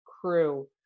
crew